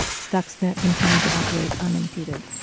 stuxnet continued to operate unimpeded